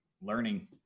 learning